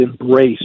embrace